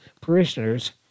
parishioners